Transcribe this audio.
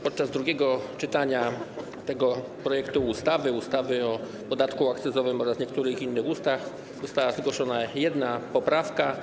Podczas drugiego czytania projektu ustawy o podatku akcyzowym oraz niektórych innych ustaw została zgłoszona jedna poprawka.